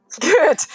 Good